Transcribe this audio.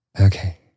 Okay